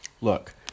Look